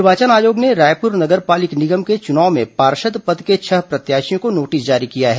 निर्वाचन आयोग ने रायपुर नगर पालिक निगम के चुनाव में पार्षद पद के छह प्रत्याशियों को नोटिस जारी किया है